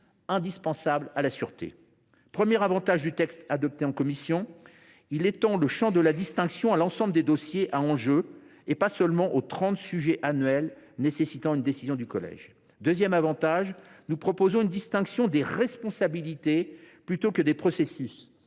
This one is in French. indispensable à la sûreté. Le premier avantage du texte adopté en commission est qu’il étend le champ de la distinction à l’ensemble des dossiers à enjeux, au delà des 30 sujets annuels nécessitant une décision du collège. Son deuxième avantage est que nous proposons une distinction des responsabilités plutôt que des « processus